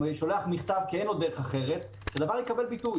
שולח מכתב כי הרי אין לו דרך אחרת אז שהדבר הזה יקבל ביטוי.